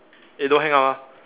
eh don't hang up ah